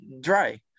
dry